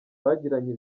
bagiranye